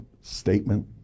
statement